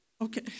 Okay